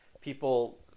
People